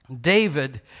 David